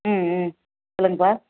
ம் ம் சொல்லுங்கப்பா